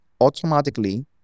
automatically